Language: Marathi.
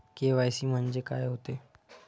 के.वाय.सी म्हंनजे का होते?